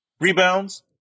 Rebounds